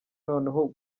noneho